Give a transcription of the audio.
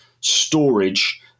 storage